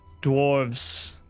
dwarves